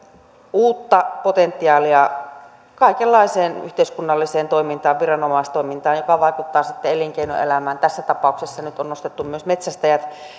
uutta potentiaalia kaikenlaiseen yhteiskunnalliseen toimintaan viranomaistoimintaan joka vaikuttaa sitten elinkeinoelämään tässä tapauksessa nyt on nostettu esiin myös metsästäjät